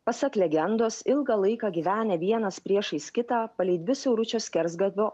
pasak legendos ilgą laiką gyvenę vienas priešais kitą palei dvi siauručio skersgatvio